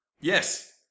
Yes